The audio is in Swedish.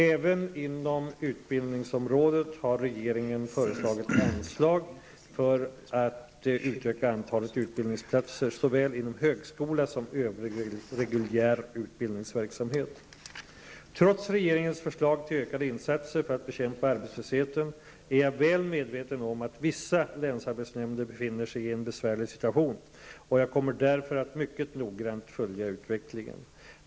Även inom utbildningsområdet har regeringen föreslagit anslag för att utöka antalet utbildningsplatser såväl inom högskola som övrig reguljär utbildningsverksamhet. Trots regeringens förslag till ökade insatser för att bekämpa arbetslösheten är jag väl medveten om att vissa länsarbetsnämnder befinner sig i en besvärlig situation, och jag kommer därför att mycket noggrant följa utvecklingen.